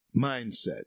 mindset